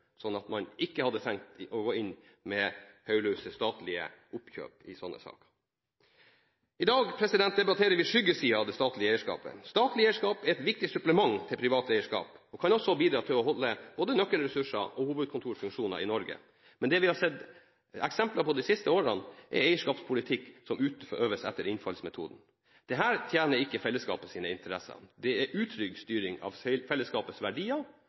at man ikke hadde trengt å gå inn med hodeløse statlige oppkjøp i slike saker. I dag debatterer vi skyggesiden av det statlige eierskapet. Statlig eierskap er et viktig supplement til privat eierskap, og kan også bidra til å holde både nøkkelressurser og hovedkontorfunksjoner i Norge. Men det vi har sett eksempler på i de siste årene, er eierskapspolitikk som utøves etter innfallsmetoden. Dette tjener ikke fellesskapets interesser. Det er utrygg styring av fellesskapets verdier,